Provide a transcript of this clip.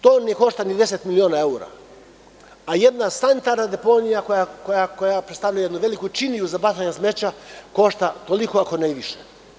To ne košta ni 10 miliona evra, a jedna sanitarna deponija koja predstavlja jednu veliku činiju za bacanje smeća, košta toliko, ako ne i više.